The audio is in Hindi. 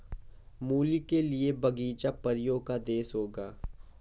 मूली के लिए बगीचा परियों का देश होगा